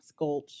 sculch